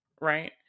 right